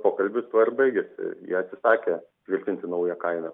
pokalbis tuo ir baigėsi jie atsisakė tvirtinti naują kainą